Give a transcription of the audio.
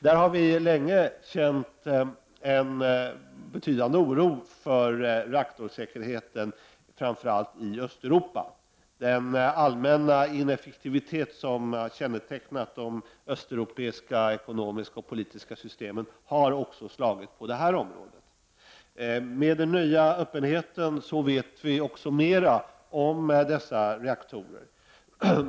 Vi har länge känt betydande oro för reaktorsäkerheten i framför allt Östeuropa. Den allmänna ineffektivitet som kännetecknat de östeuropeiska ekonomiska och politiska systemen har ju också haft betydelse på det här området. Med den nya öppenheten vet vi också mer om dessa reaktorer.